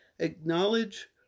Acknowledge